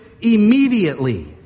immediately